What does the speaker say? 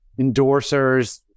endorsers